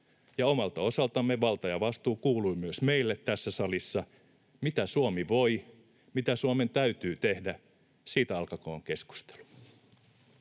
omalta osaltamme valta ja vastuu kuuluvat myös meille tässä salissa. Siitä, mitä Suomi voi, mitä Suomen täytyy tehdä, alkakoon keskustelu.